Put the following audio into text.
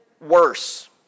worse